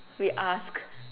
we ask